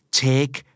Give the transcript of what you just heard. take